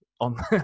on